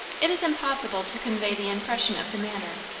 it is impossible to convey the impression of the manner,